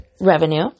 revenue